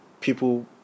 people